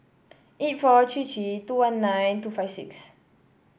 eight four three three two one nine two five six